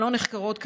שלא נחקרות כראוי,